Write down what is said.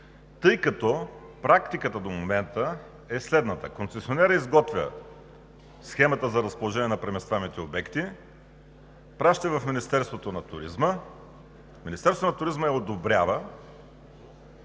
тъй като практиката до момента е следната: концесионерът изготвя схемата за разположение на преместваемите обекти. Изпраща я в Министерството на туризма. То я одобрява